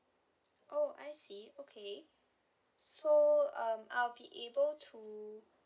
oh I see okay so um I'll be able to